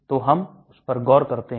तो हम उस पर गौर करते हैं